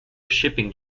shipping